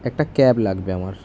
একটা ক্যাব লাগবে আমার